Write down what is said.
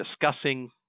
discussing